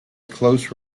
close